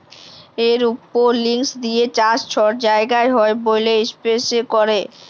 এরওপলিক্স দিঁয়ে চাষ ছট জায়গায় হ্যয় ব্যইলে ইস্পেসে ক্যরে